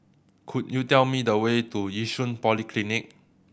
could you tell me the way to Yishun Polyclinic